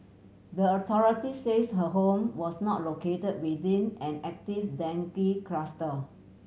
the authorities says her home was not located within an active dengue cluster